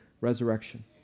resurrection